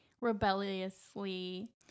rebelliously